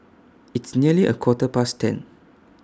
its nearly A Quarter Past ten